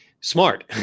smart